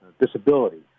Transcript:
disability